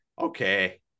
okay